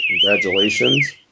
Congratulations